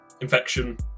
infection